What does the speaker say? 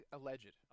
Alleged